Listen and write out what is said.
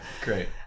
great